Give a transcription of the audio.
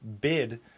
bid